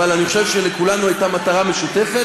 אבל אני חושב שלכולנו הייתה מטרה משותפת.